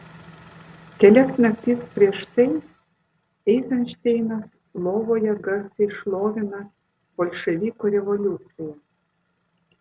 kelias naktis prieš tai eizenšteinas lovoje garsiai šlovina bolševikų revoliuciją